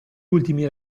ultimi